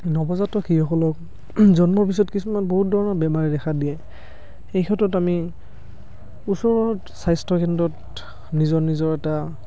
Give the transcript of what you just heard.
নৱজাতক শিশুসকলক জন্মৰ পিছত কিছুমান বহুত ধৰণৰ বেমাৰে দেখা দিয়ে এই ক্ষেত্ৰত আমি ওচৰৰ স্বাস্থ্য কেন্দ্ৰত নিজৰ নিজৰ এটা